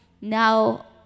now